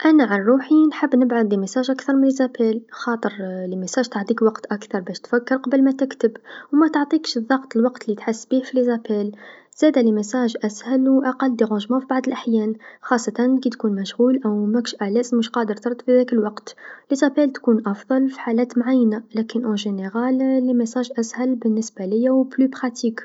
أنا عن روحي نحب نبعث الرساله أكثر من المكالمه، خاطر الرساله تعطيك وقت أكثر باه تفكر قبل ما تكتب و متعطيكش الضغط الوقت لتحس بيه في المكالمات، زادا الرسائل أسهل و أقل إزعاج بعض الأحيان خاصة كتكون مشغول أو ماكش مرتاح ماش قادر ترد في هذاك الوقت، المكالمات تكون أفضل في حالات معينه لكن بصفه عامه الرسائل أسهل بالنسبه ليا و أكثر عمليه.